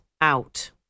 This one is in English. out